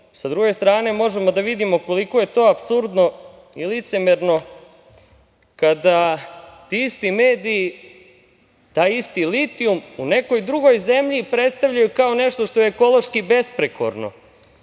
sa druge strane možemo da vidimo koliko je to apsurdno i licemerno kada ti isti mediji taj isti litijum u nekoj drugoj zemlji predstavljaju kao nešto što je ekološki besprekorno.